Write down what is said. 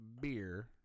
beer